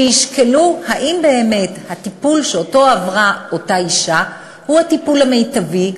שישקלו אם באמת הטיפול שעברה אותה אישה הוא הטיפול המיטבי,